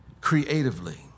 creatively